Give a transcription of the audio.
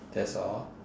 that's all